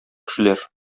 кешеләр